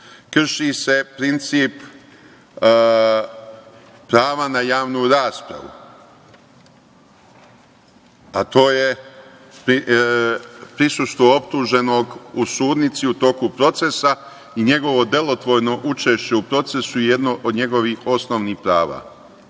krši se princip prava na javnu raspravu, a to je prisustvo optuženog u sudnici u toku procesa i njegovo delotvorno učešće u procesu u jedno od njegovih osnovnih